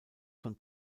von